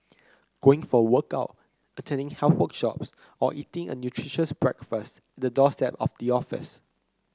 going for a workout attending health workshops or eating a nutritious breakfast at the doorstep of the office